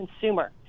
consumer